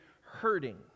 hurting